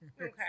Okay